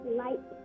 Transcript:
light